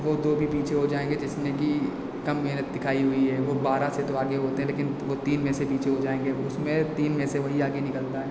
वह दो भी पीछे हो जाएँगे जिसने कि कम मेहनत दिखाई हुई है वह बारह से तो आगे होते हैं लेकिन वह तीन में से पीछे हो जाएँगे उसमें तीन में से वही आगे निकलता है